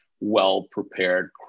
well-prepared